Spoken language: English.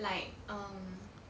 like um